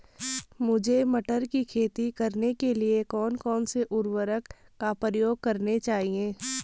मुझे मटर की खेती करने के लिए कौन कौन से उर्वरक का प्रयोग करने चाहिए?